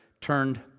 turned